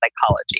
psychology